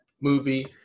movie